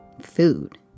food